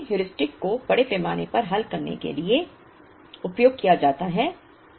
तो इन हेयूरिस्टिक्स को बड़े पैमाने पर हल करने के लिए उपयोग किया जाता है